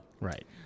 right